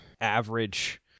average